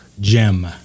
Gem